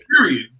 Period